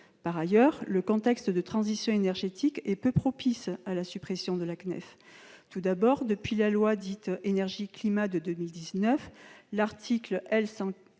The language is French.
Par ailleurs, le contexte de la transition énergétique est peu propice à la suppression de la CNEF. Tout d'abord, depuis la promulgation de la loi Énergie-climat de 2019, l'article L.